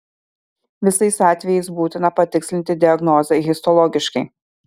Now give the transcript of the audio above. visais atvejais būtina patikslinti diagnozę histologiškai